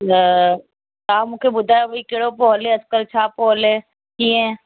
तव्हां मूंखे ॿुधायो भाई कहिड़ो पियो हले अॼुकल्ह छा पियो हले कीअं